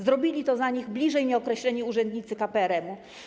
Zrobili to za nich bliżej nieokreśleni urzędnicy KPRM-u.